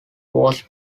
was